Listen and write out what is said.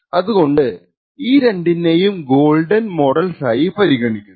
അത് കൊണ്ട് ഈ രണ്ടിനെയും ഗോൾഡൻ മോഡൽസ് ആയി പരിഗണിക്കുന്നു